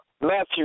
Matthew